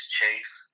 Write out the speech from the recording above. Chase